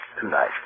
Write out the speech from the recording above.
tonight